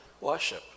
Worship